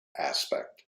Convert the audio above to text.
aspect